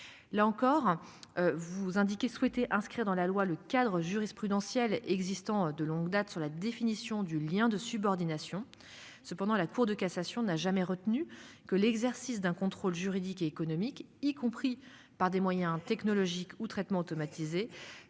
là encore. Vous indiquez souhaiter inscrire dans la loi, le cadre jurisprudentiel existant de longue date sur la définition du lien de subordination. Cependant, la Cour de cassation n'a jamais retenu que l'exercice d'un contrôle juridique et économique y compris par des moyens technologiques ou traitement automatisé